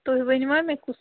تُہۍ ؤنۍوا مےٚ کُس